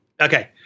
Okay